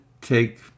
take